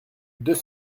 deux